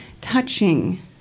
touching